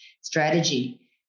strategy